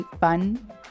fun